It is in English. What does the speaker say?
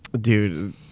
Dude